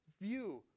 view